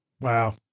Wow